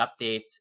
updates